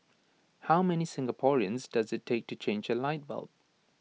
how many Singaporeans does IT take to change A light bulb